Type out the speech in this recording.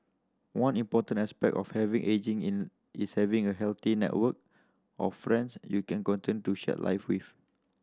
one important aspect of heavy ageing in is having a healthy network of friends you can continue to share life with